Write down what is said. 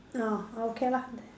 oh okay lah